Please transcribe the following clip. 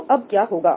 तो अब क्या होगा